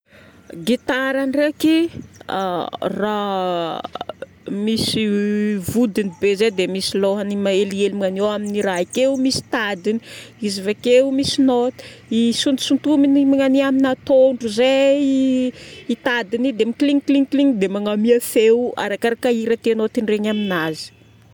Gitara ndraiky, raha misy vodiny be zay dia misy lôhany mahelihely ma eo amin'ny raha akeo misy tadiny. Izy vakeo misy notes. Isontisontomigny amina tondro zay i tadiny io dia mi-kling kling kling dia magnamia feo arakaraka hira tianao tendrena aminazy.